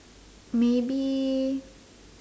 maybe